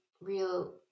Real